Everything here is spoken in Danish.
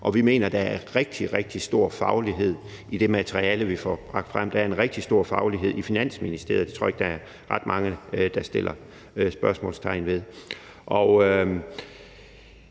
og vi mener, at der er rigtig, rigtig stor faglighed i det materiale, vi får lagt frem. Der er en rigtig stor faglighed i Finansministeriet. Det tror jeg ikke der er ret mange der sætter spørgsmålstegn ved. Det